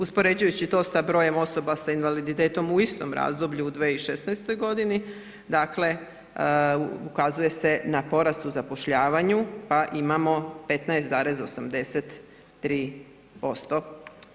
Uspoređujući to sa brojem osoba sa invaliditetom u istom razdoblju u 2016. godini, dakle, ukazuje se na porast u zapošljavanju pa imamo 15,83%